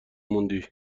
موندی